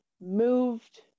moved